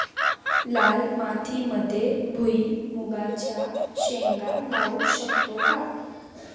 लाल मातीमध्ये भुईमुगाच्या शेंगा लावू शकतो का?